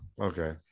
okay